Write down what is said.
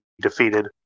defeated